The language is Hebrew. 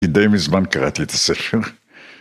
אני די מזמן קראתי את הספר.